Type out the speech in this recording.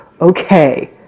okay